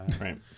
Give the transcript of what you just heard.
right